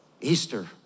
Easter